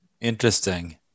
Interesting